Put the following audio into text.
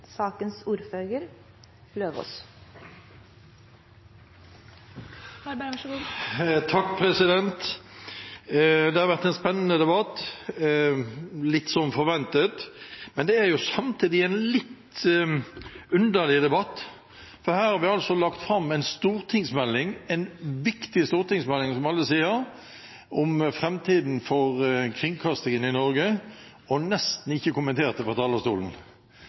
samtidig en litt underlig debatt, for her har vi altså lagt fram en stortingsmelding – en viktig stortingsmelding, som alle sier – om framtiden for kringkastingen i Norge, og nesten ikke kommentert det på talerstolen.